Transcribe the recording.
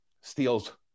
steals